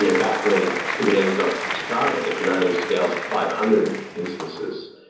you know back when kubernetes got started, it could only scale to five hundred instances,